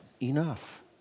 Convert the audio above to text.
enough